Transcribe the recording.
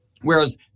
Whereas